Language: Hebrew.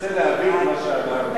לפחות תנסה להבין את מה שאמרתי.